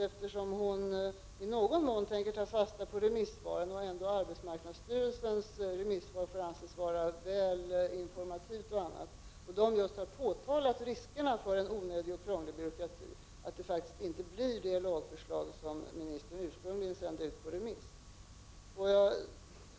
Eftersom hon i någon mån tänker ta fasta på remissvaren, och arbetsmarknadsstyrelsens remissvar får anses vara mycket informativt — de har just påtalat riskerna med en onödig och krånglig byråkrati — tillåter jag mig den lilla förhoppningen att lagförslaget faktiskt inte blir det som ministern ursprungligen sänt ut på remiss.